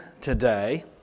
today